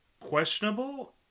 Questionable